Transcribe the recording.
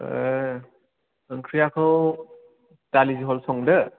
ओंख्रिखौ दालि जह'ल संदो